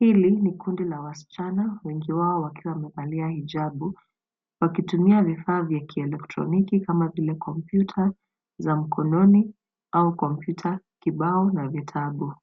Hili ni kundi la wasichana wengi wao wakiwa wamevalia hijabu wakitumia vifaa vya kielektroniki kama vile kompyuta za mkononi au kompyuta kibao na vitabu.